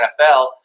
NFL –